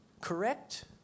correct